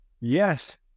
Yes